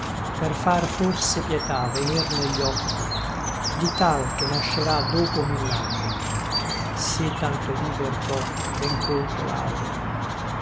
per far forse pietà venir negli occhi di tal che nascerà dopo mill'anni se tanto viver pò ben cólto lauro